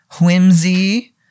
whimsy